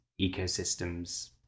ecosystems